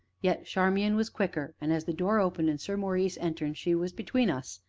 yet charmian was quicker, and, as the door opened and sir maurice entered, she was between us.